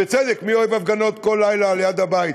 בצדק, מי אוהב הפגנות כל לילה ליד הבית?